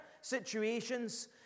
situations